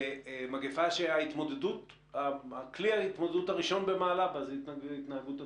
במגפה כלי ההתמודדות הראשון במעלה זה התנהגות הציבור.